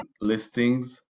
listings